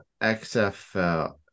XFL